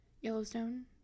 Yellowstone